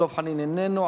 דב חנין איננו,